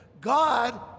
God